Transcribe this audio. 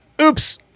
Oops